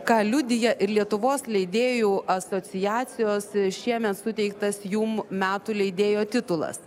ką liudija ir lietuvos leidėjų asociacijos šiemet suteiktas jum metų leidėjo titulas